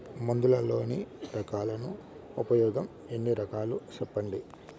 మందులలోని రకాలను ఉపయోగం ఎన్ని రకాలు? సెప్పండి?